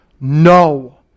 No